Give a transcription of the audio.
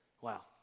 Wow